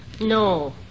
No